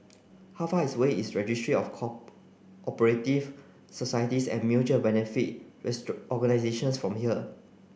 how far is way is Registry of operative Societies and Mutual Benefit Organisations from here